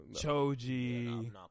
choji